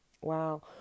Wow